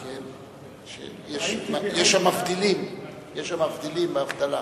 יש המבדילים הבדלה.